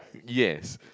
yes